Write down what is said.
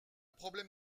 problème